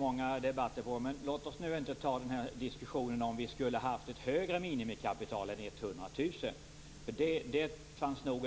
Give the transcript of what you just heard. Herr talman! Låt oss inte nu ta diskussionen om det skulle vara ett högre belopp än 100 000 kr när det gäller minimikapitalet. Det var nog